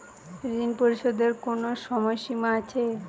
ঋণ পরিশোধের কোনো সময় সীমা আছে?